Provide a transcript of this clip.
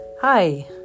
Hi